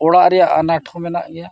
ᱚᱲᱟᱜ ᱨᱮᱭᱟᱜ ᱟᱱᱟᱴ ᱦᱚᱸ ᱢᱮᱱᱟᱜ ᱜᱮᱭᱟ